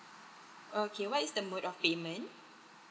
okay what is the mood of payment